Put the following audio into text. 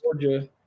Georgia